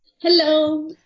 Hello